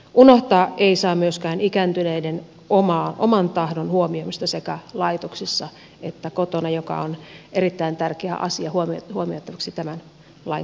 unohtaa ei saa myöskään ikääntyneiden oman tahdon huomioimista sekä laitoksissa että kotona mikä on erittäin tärkeä asia huomioitavaksi tämän lain käsittelyssä